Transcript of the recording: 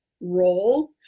role